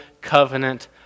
covenant